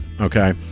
Okay